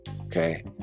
Okay